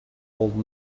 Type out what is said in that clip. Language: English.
old